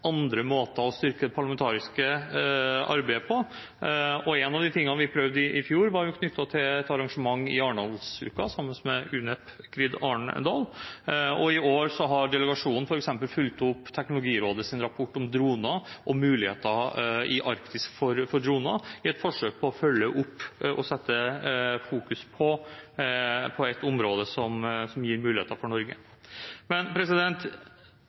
andre måter å styrke det parlamentariske arbeidet på. En av de tingene vi prøvde i fjor, var knyttet til et arrangement i Arendalsuka, sammen med UNEP/GRID Arendal, og i år har delegasjonen f.eks. fulgt opp Teknologirådets rapport om droner og muligheter for droner i Arktis, i et forsøk på å følge opp og fokusere på et område som gir muligheter for Norge.